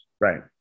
Right